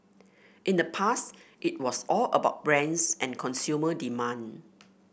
in the past it was all about brands and consumer demand